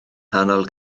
nghanol